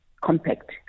compact